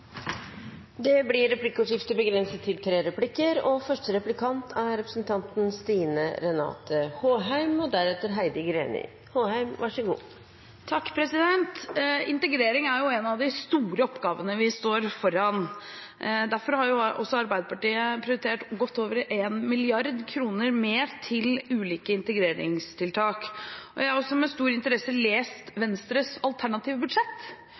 Integrering er jo en av de store oppgavene vi står foran. Derfor har også Arbeiderpartiet prioritert godt over 1 mrd. kr mer til ulike integreringstiltak. Jeg har også med stor interesse lest Venstres alternative budsjett.